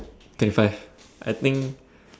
twenty five I think